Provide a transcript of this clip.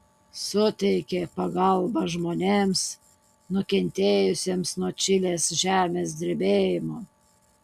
suteikė pagalbą žmonėms nukentėjusiems nuo čilės žemės drebėjimo